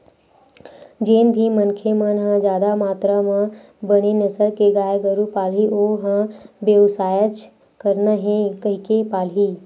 जेन भी मनखे मन ह जादा मातरा म बने नसल के गाय गरु पालही ओ ह बेवसायच करना हे कहिके पालही